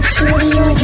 Studio